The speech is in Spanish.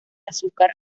azúcar